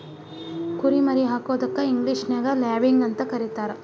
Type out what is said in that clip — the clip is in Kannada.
ಕುರಿ ಮರಿ ಹಾಕೋದಕ್ಕ ಇಂಗ್ಲೇಷನ್ಯಾಗ ಲ್ಯಾಬಿಂಗ್ ಅಂತ ಕರೇತಾರ